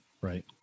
right